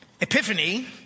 Epiphany